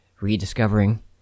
rediscovering